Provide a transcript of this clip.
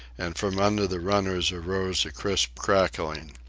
and from under the runners arose a crisp crackling.